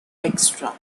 extra